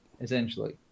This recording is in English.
essentially